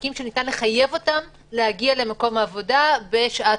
מעסיקים שניתן לחייב אותם להגיע למקום העבודה בשעת